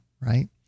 Right